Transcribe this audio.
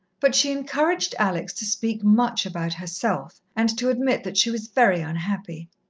but she encouraged alex to speak much about herself, and to admit that she was very unhappy.